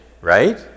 right